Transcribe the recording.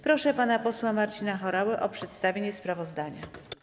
Proszę pana posła Marcina Horałę o przedstawienie sprawozdania.